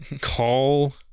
call